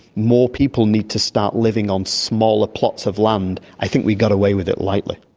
more people need to start living on smaller plots of land, i think we got away with it lightly.